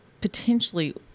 potentially